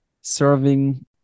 serving